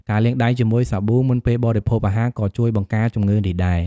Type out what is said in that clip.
ការលាងដៃជាមួយសាប៊ូមុនពេលបរិភោគអាហារ ក៏ជួយបង្ការជំងឺនេះដែរ។